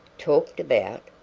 talked about?